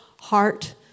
Heart